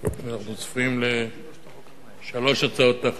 אנחנו צפויים לשלוש הצעות חוק.